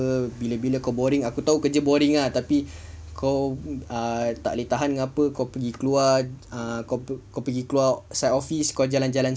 bila-bila kau boring aku tahu kerja boring ah tapi kau tak boleh tahan ke apa kau pergi keluar kau pergi keluar site office kau jalan-jalan